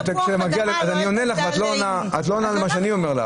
כשזה מגיע לבית המשפט,